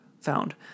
found